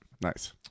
Nice